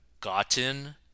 gotten